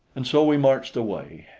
and so we marched away,